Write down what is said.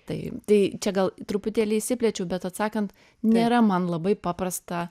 tai tai čia gal truputėlį išsiplėčiau bet atsakant nėra man labai paprasta